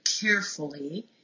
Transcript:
carefully